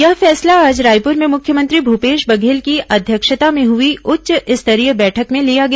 यह फैसला आज रायपुर में मुख्यमंत्री भूपेश बघेल की अध्यक्षता में हुई उच्च स्तरीय बैठक में लिया गया